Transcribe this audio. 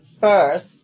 first